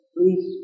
Please